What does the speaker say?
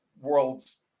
world's